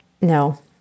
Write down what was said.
No